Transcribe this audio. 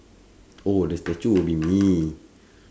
oh the statue will be me